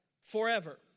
forever